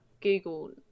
Google